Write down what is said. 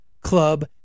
club